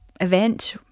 Event